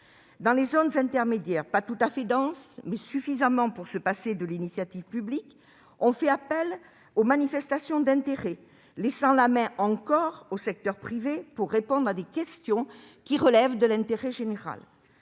Dans les zones intermédiaires, pas tout à fait denses, mais suffisamment pour se passer de l'initiative publique, on a recours aux appels à manifestation d'intérêt, laissant encore le secteur privé répondre à des questions relevant de l'intérêt général.